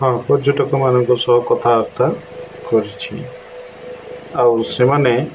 ହଁ ପର୍ଯ୍ୟଟକମାନଙ୍କ ସହ କଥାବାର୍ତ୍ତା କରିଛି ଆଉ ସେମାନେ